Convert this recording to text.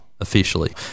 Officially